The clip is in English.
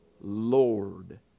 Lord